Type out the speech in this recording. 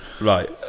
Right